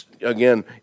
again